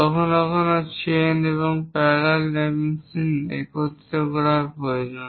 কখনও কখনও চেইন এবং প্যারালাল ডাইমেনশন একত্রিত করা প্রয়োজন